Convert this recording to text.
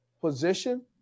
position